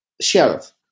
Sheriff